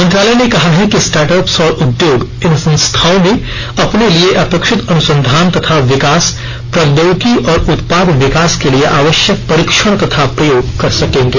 मंत्रालय ने कहा है कि स्टार्टअप्स और उद्योग इन संस्थाओं में अपने लिए अपेक्षित अनुसंधान तथा विकास प्रौद्योगिकी और उत्पाद विकास के लिए आवश्यक परीक्षण तथा प्रयोग कर सकेंगे